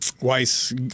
Weiss